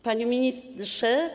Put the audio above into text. Panie Ministrze!